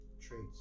traits